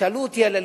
שאלו אותי על הליבה,